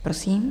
Prosím.